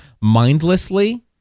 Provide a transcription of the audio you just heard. mindlessly